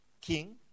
king